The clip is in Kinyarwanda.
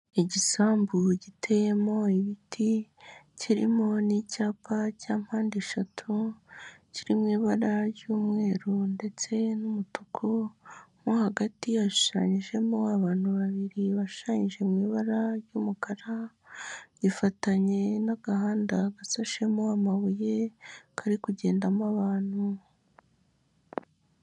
Igisambu giteyemo ibiti, kirimo n'icyapa cya mpandeshatu kiri mu ibara ry'umweru ndetse n'umutuku, mo hagati yashushanyijemo abantu babiri bashanyije mu ibara ry'umukara gifatanye n'agahanda gasashemo amabuye kari kugendamo abantu.